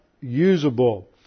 usable